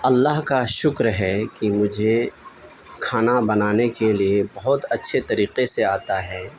اللہ کا شکر ہے کہ مجھے کھانا بنانے کے لیے بہت اچھے طریقے سے آتا ہے